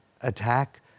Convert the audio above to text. attack